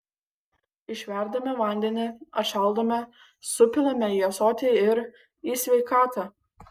išverdame vandenį atšaldome supilame į ąsotį ir į sveikatą